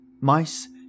Mice